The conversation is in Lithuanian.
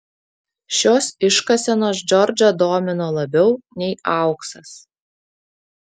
šios iškasenos džordžą domino labiau nei auksas